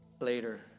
later